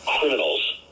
criminals